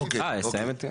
אה, רגע.